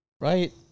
right